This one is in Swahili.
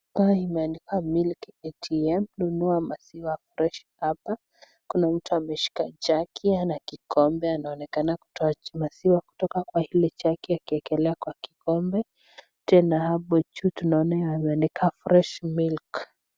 Duka limeandikwa Milk ATM, nunua maziwa (cs) fresh(cs) hapa kuna mtu ameshika jagi ana kikombe anaonekana kutoa maziwa kutoka kwa hii jagi akiekelea kwa kikombe tena hapo juu tunaona imeandikwa (cs) fresh milk (cs).